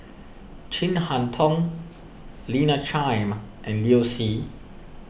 Chin Harn Tong Lina Chiam and Liu Si